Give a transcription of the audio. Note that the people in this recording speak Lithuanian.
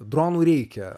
dronų reikia